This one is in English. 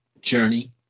journey